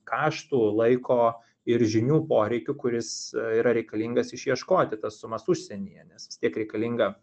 kaštų laiko ir žinių poreikiu kuris yra reikalingas išieškoti tas sumas užsienyje nes vis tiek reikalinga